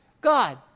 God